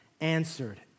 answered